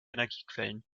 energiequellen